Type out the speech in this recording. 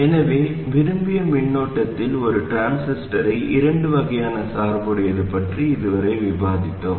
எனவே விரும்பிய மின்னோட்டத்தில் ஒரு டிரான்சிஸ்டரை இரண்டு வகையான சார்புடையது பற்றி இதுவரை விவாதித்தோம்